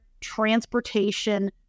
transportation